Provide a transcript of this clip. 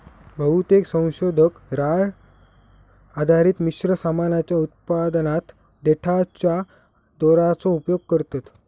बहुतेक संशोधक राळ आधारित मिश्र सामानाच्या उत्पादनात देठाच्या दोराचो उपयोग करतत